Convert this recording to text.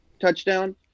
touchdown